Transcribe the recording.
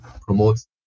promotes